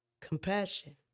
compassion